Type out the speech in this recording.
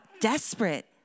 desperate